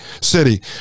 city